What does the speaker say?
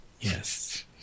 Yes